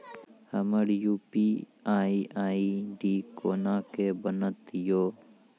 हमर UPI ID कोना के बनत यो?